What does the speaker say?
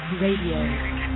Radio